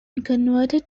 converted